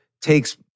takes